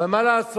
אבל מה לעשות?